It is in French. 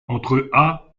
entre